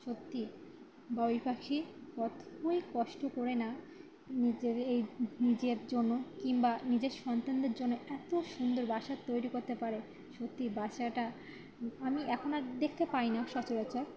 সত্যি বাবুই পাাখি কতই কষ্ট করে না নিজের এই নিজের জন্য কিংবা নিজের সন্তানদের জন্য এত সুন্দর বাসা তৈরি করতে পারে সত্যি বাসাটা আমি এখন আর দেখতে পাই না সচরাচর